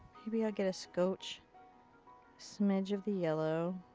maybe i'll get a skoch, a smidge of the yellow.